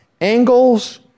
angles